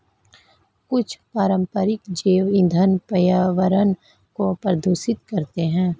कुछ पारंपरिक जैव ईंधन पर्यावरण को प्रदूषित करते हैं